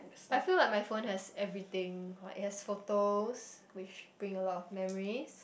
I feel like my phone has everything like it has photos which bring a lot of memories